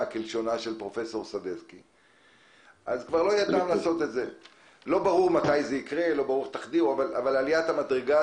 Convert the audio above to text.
המחלה כבר לא יהיה טעם להשתמש בכלי הזה כי זה